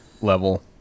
level